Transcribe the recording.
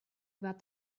about